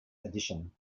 edition